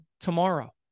tomorrow